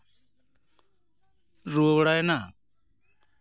ᱨᱩᱣᱟᱹ ᱵᱟᱲᱟᱭᱮᱱᱟ